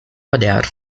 olhar